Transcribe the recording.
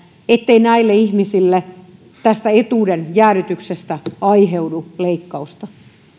ettei näille ihmisille tästä etuuden jäädytyksestä aiheudu leikkausta